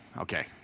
Okay